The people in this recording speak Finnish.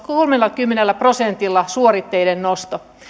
kolmellakymmenellä prosentilla suoritteiden noston